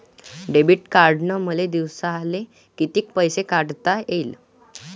Debit कार्डनं मले दिवसाले कितीक पैसे काढता येईन?